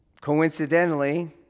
Coincidentally